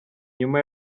nyuma